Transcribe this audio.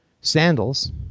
sandals